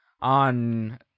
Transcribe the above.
on